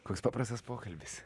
koks paprastas pokalbis